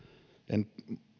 en